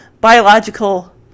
biological